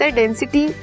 density